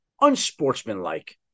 unsportsmanlike